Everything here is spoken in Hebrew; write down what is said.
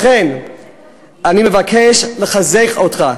לכן אני מבקש לחזק אותך,